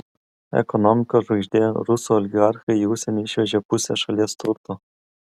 ekonomikos žvaigždė rusų oligarchai į užsienį išvežė pusę šalies turto